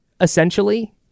essentially